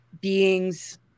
beings